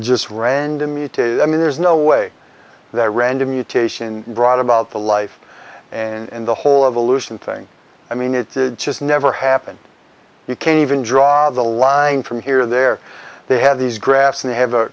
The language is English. just random mutation i mean there's no way that a random mutation brought about the life and the whole of illusion thing i mean it just never happened you can't even draw the line from here there they have these graphs and they have a